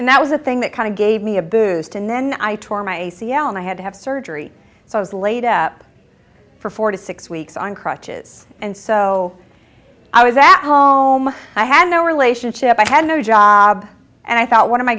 and that was the thing that kind of gave me a boost and then i tore my a c l and i had to have surgery so i was laid up for four to six weeks on crutches and so i was at home i had no relationship i had no job and i thought what am i